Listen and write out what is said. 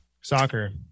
Soccer